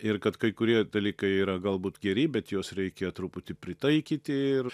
ir kad kai kurie dalykai yra galbūt geri bet juos reikėjo truputį pritaikyti ir